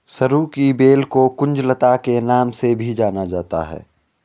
सरू की बेल को कुंज लता के नाम से भी जाना जाता है